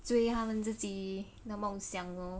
追他们自己的梦想 lor